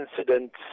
incidents